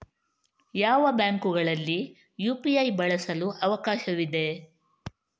ಯಾವ ಬ್ಯಾಂಕುಗಳಲ್ಲಿ ಯು.ಪಿ.ಐ ಬಳಸಲು ಅವಕಾಶವಿದೆ?